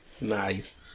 Nice